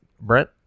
Brent